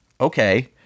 Okay